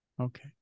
Okay